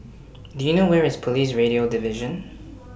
Do YOU know Where IS Police Radio Division